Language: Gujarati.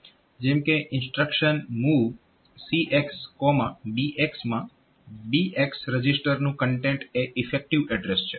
જેમ કે ઇન્સ્ટ્રક્શન MOV CX BX માં BX રજીસ્ટરનું કન્ટેન્ટ એ ઈફેક્ટીવ એડ્રેસ છે